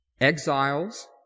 exiles